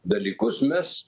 dalykus mes